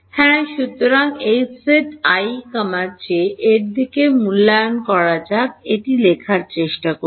হ্যাঁ সুতরাং Hz i j এর দিক দিয়ে মূল্যায়ন করা যাক এটি লেখার চেষ্টা করি